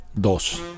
Dos